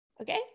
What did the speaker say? Okay